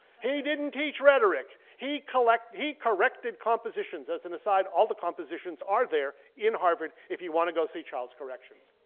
he didn't teach rhetoric. he corrected he corrected compositions, as in a side, all the compositions are there in harvard if you want to go see child's corrections.